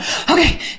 okay